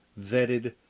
vetted